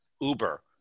Uber